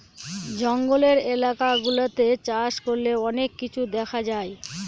জঙ্গলের এলাকা গুলাতে চাষ করলে অনেক কিছু দেখা যায়